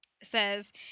says